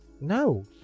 No